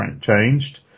changed